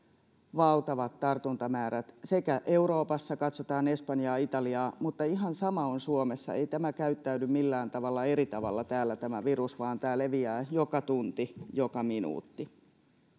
valtavat tartuntamäärät euroopassa katsotaan espanjaa italiaa mutta ihan sama on suomessa ei tämä virus käyttäydy mitenkään eri tavalla täällä vaan tämä leviää joka tunti joka minuutti